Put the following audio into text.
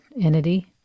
entity